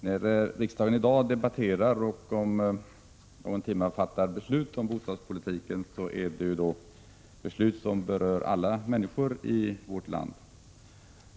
Herr talman! När riksdagen om någon timme fattar beslut om bostadspolitiken, är det beslut som berör alla människor i vårt land.